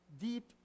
deep